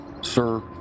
sir